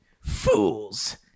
Fools